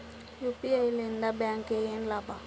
UPI ಲಿಂದ ಬ್ಯಾಂಕ್ಗೆ ಏನ್ ಲಾಭ?